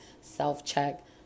self-check